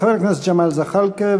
חבר הכנסת ג'מאל זחאלקה,